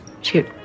Shoot